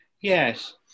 Yes